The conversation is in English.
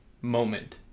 moment